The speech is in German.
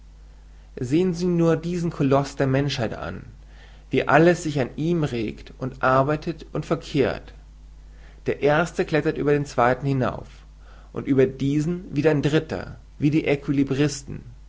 sehen sie nur diesen koloß der menschheit an wie alles sich an ihm regt und arbeitet und verkehrt der erste klettert über den zweiten hinauf und über diesen wieder ein dritter wie die